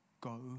go